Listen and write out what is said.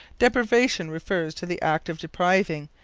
deprivation refers to the act of depriving,